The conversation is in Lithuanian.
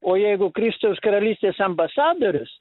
o jeigu kristaus karalystės ambasadorius